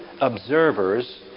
observers